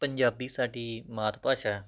ਪੰਜਾਬੀ ਸਾਡੀ ਮਾਤ ਭਾਸ਼ਾ